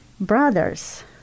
Brothers